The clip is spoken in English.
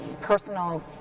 personal